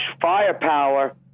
firepower